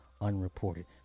unreported